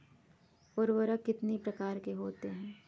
उर्वरक कितनी प्रकार के होता हैं?